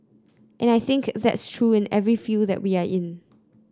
and I think that's true in every field that we are in